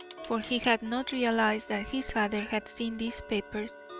for he had not realised that his father had seen these papers,